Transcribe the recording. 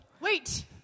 Wait